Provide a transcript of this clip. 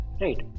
Right